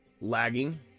lagging